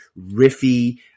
riffy